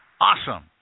Awesome